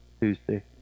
Tuesday